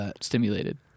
stimulated